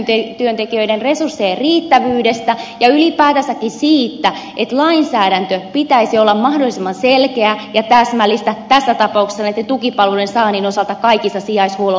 kyse on sosiaalityöntekijöiden resurssien riittävyydestä ja ylipäätänsäkin siitä että lainsäädännön pitäisi olla mahdollisimman selkeää ja täsmällistä tässä tapauksessa näitten tukipalveluiden saannin osalta kaikissa sijaishuollon muodoissa